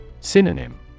Synonym